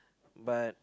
but